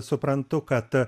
suprantu kad